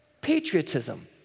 patriotism